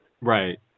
right